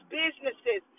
businesses